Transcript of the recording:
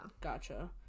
gotcha